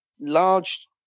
large